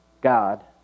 God